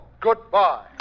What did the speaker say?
Goodbye